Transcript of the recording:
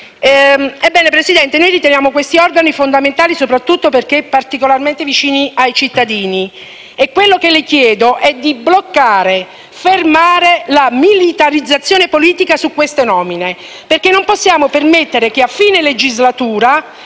Ebbene, Presidente, noi riteniamo questi organi fondamentali soprattutto perché particolarmente vicini ai cittadini. Le chiedo quindi di bloccare, fermare la militarizzazione politica su queste nomine, perché non possiamo permettere che a fine legislatura